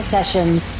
Sessions